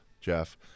Jeff